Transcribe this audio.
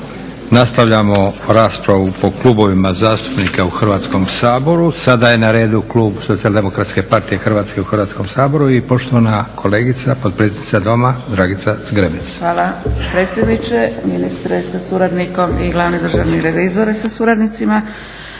Nastavljamo raspravu po klubovima zastupnika u Hrvatskom saboru. Sada je na redu klub SDP-a Hrvatske u Hrvatskom saboru i poštovana kolegica potpredsjednica Doma Dragica Zgrebec. **Zgrebec, Dragica (SDP)** Hvala predsjedniče. Ministre sa suradnikom i glavni državni revizore sa suradnicima,